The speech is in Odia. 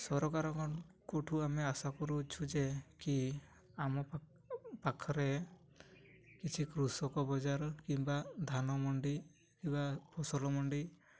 ସରକାରଙ୍କଠୁ ଆମେ ଆଶା କରୁଅଛୁ ଯେ କି ଆମ ପାଖରେ କିଛି କୃଷକ ବଜାର କିମ୍ବା ଧାନମଣ୍ଡି କିମ୍ବା ଫସଲ ମଣ୍ଡି